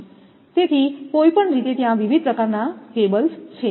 તેથી કોઈપણ રીતે ત્યાં વિવિધ પ્રકારનાં કેબલ્સ છે